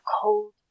cold